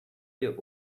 your